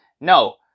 No